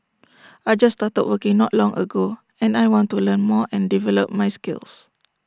I just started working not long ago and I want to learn more and develop my skills